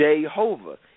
Jehovah